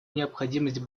необходимость